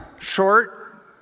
short